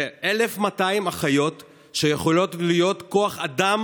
זה 1,200 אחיות שיכולות להיות כוח האדם